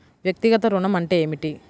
వ్యక్తిగత ఋణం అంటే ఏమిటి?